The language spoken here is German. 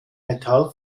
metall